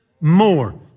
more